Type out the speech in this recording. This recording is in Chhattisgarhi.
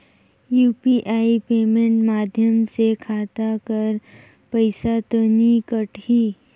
यू.पी.आई पेमेंट माध्यम से खाता कर पइसा तो नी कटही?